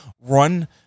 run